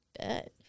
Bet